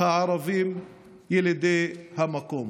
הערבים ילידי המקום.